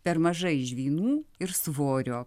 per mažai žvynų ir svorio